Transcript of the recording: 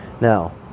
Now